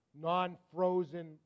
non-frozen